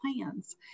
plans